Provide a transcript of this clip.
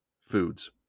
foods